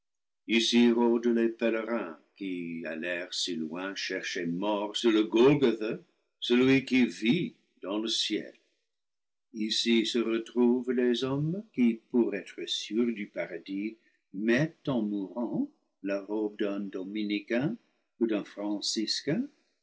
les pèlerins qui allèrent si loin chercher mort sur le golgotha celui qui vit dans le ciel ici se retrouvent les hommes qui pour être sûrs du paradis mettent en mourant la robe d'un dominicain ou d'un